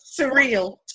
Surreal